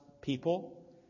people